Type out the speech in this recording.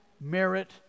merit